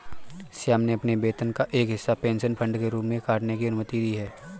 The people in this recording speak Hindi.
श्याम ने अपने वेतन का एक हिस्सा पेंशन फंड के रूप में काटने की अनुमति दी है